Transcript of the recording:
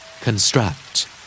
Construct